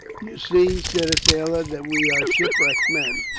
you see said a sailor, that we are shipwrecked men.